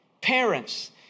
Parents